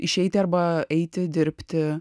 išeiti arba eiti dirbti